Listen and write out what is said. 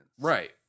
Right